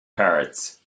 parrots